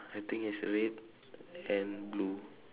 I think it's red and blue